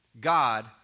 God